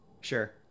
Sure